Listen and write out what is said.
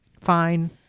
fine